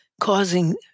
causing